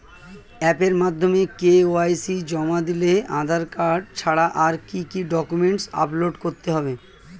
অ্যাপের মাধ্যমে কে.ওয়াই.সি জমা দিলে আধার কার্ড ছাড়া আর কি কি ডকুমেন্টস আপলোড করতে হবে?